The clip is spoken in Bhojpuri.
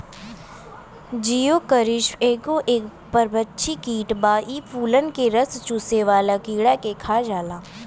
जिओकरिस एगो परभक्षी कीट बा इ फूलन के रस चुसेवाला कीड़ा के खा जाला